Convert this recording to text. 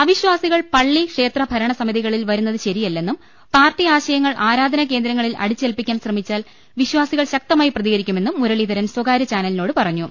അവിശ്വാസികൾ പള്ളി ക്ഷേത്ര ഭരണസമിതികളിൽ വരുന്നത് ശരിയല്ലെന്നും പാർട്ടി ആശയങ്ങൾ ആരാധ്നാക്രേന്ദ്രങ്ങളിൽ അടി ച്ചേൽപ്പിക്കാൻ ശ്രമിച്ചാൽ വിശ്വാസികൾ ശക്തമായി പ്രതികരിക്കു മെന്നും മുരളീധരൻ സ്ഥകാര്യ ചാനലിനോട് പറഞ്ഞു